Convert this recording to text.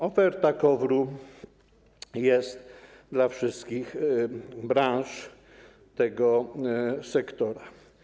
Oferta KOWR-u jest dla wszystkich branż tego sektora.